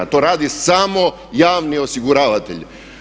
To radi samo javni osiguravatelj.